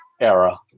era